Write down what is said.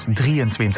23